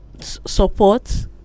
support